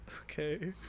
Okay